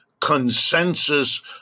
consensus